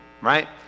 right